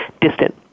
distant